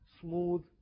smooth